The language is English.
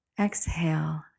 Exhale